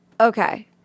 Okay